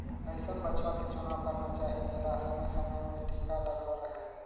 अइसन बछवा के चुनाव करना चाही जेला समे समे में टीका लगल रहें